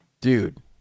Dude